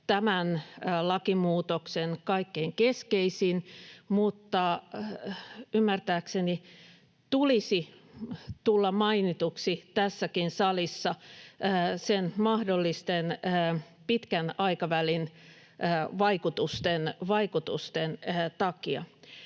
tämän lakimuutoksen kaikkein keskeisin, mutta ymmärtääkseni tulisi tulla mainituksi tässäkin salissa sen mahdollisten pitkän aikavälin vaikutusten takia.